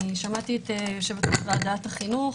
שמעתי את יושבת-ראש ועדת החינוך,